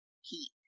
heat